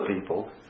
people